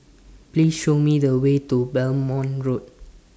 Please Show Me The Way to Belmont Road